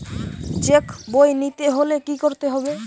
Check বই নিতে হলে কি করতে হবে?